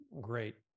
great